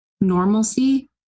normalcy